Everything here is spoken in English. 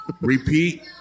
Repeat